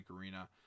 Arena